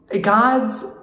God's